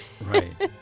Right